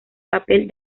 papel